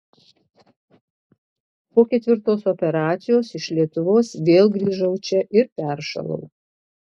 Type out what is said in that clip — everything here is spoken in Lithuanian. po ketvirtos operacijos iš lietuvos vėl grįžau čia ir peršalau